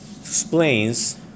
explains